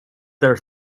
their